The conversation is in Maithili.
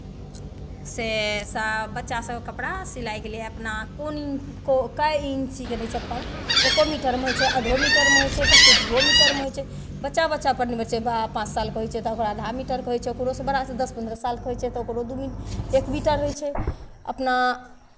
सेसभ बच्चा सभके कपड़ा सिलाइके लिए अपना कोन को कए इंचीके दै छै अपन एक्को मीटरमे होइ छै आधो मीटरमे होइ छै कतेक दूओ मीटरमे होइ छै बच्चा बच्चापर निर्भर छै पाँच सालके होइ छै तऽ ओकरा आधा मीटरके होइ छै ओकरोसँ बड़ा से दस पन्द्रह सालके होइ छै तऽ ओकरो दू मी एक मीटर होइ छै अपना